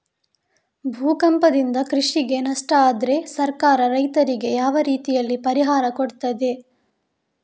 ಭೂಕಂಪದಿಂದ ಕೃಷಿಗೆ ನಷ್ಟ ಆದ್ರೆ ಸರ್ಕಾರ ರೈತರಿಗೆ ಯಾವ ರೀತಿಯಲ್ಲಿ ಪರಿಹಾರ ಕೊಡ್ತದೆ?